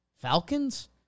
Falcons